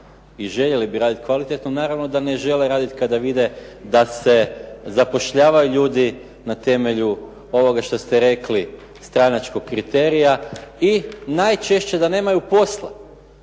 i željeli bi raditi kvalitetno, naravno da ne žele raditi kada vide da se zapošljavaju ljudi na temelju ovoga što ste rekli stranačkog kriterija i najčešće da nemaju posla